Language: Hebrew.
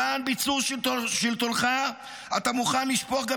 למען ביצור שלטונך אתה מוכן לשפוך גם